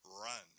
Run